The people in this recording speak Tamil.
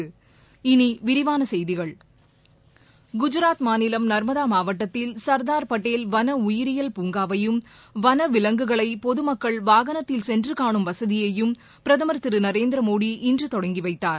இனி விரிவான செய்திகள் குஜராத் மாநிலம் நர்மதா மாவட்டத்தில் சர்தார் பட்டேல் வன உயிரியல் பூங்காவையும் வன விலங்குகளை பொது மக்கள் வாகனத்தில் சென்று கானும் வசதியையும் பிரதமர் திரு நரேந்திர மோடி இன்று தொடங்கி வைத்தார்